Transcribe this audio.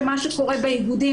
מה שקורה באיגודים,